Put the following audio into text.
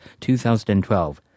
2012